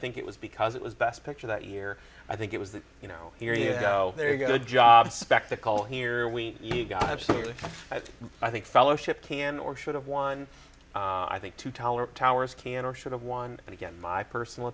think it was because it was best picture that year i think it was that you know here you go there you go to job spectacle here we you got absolutely i think fellowship can or should have one i think to tolerate towers can or should have one and again my personal